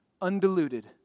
undiluted